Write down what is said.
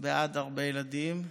הרבה ילדים,